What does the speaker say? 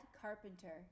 Carpenter